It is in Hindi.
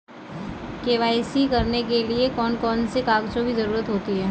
के.वाई.सी करने के लिए कौन कौन से कागजों की जरूरत होती है?